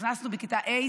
נכנסנו בכיתה ה'.